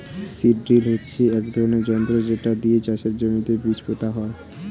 seed drill হচ্ছে এক ধরনের যন্ত্র যেটা দিয়ে চাষের জমিতে বীজ পোতা হয়